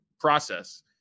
process